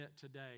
today